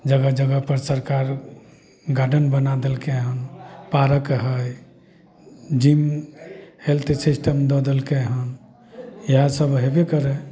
जगह जगहपर सरकार गार्डेन बना देलकै हँ पार्क हइ जिम हेल्थ सिस्टम दऽ देलकै हँ इएहसब हेबे करै